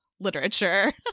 literature